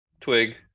twig